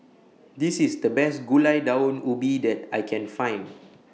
This IS The Best Gulai Daun Ubi that I Can Find